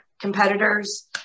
competitors